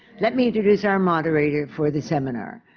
let me introduce our moderator for the seminar,